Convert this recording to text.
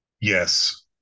Yes